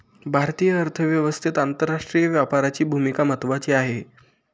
भारतीय अर्थव्यवस्थेत आंतरराष्ट्रीय व्यापाराची भूमिका महत्त्वाची आहे